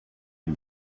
use